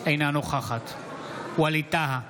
אינה נוכחת ווליד טאהא,